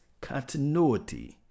Continuity